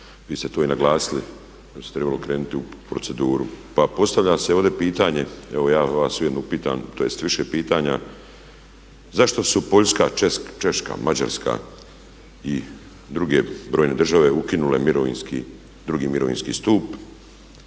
vi ste to i naglasili da bi se trebalo krenuti u proceduru. Pa postavlja se ovdje pitanje, evo ja vas ujedno pitam, tj. više pitanja zašto su Poljska, Češka, Mađarska i druge brojne države ukinule mirovinski,